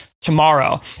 tomorrow